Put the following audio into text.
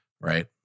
right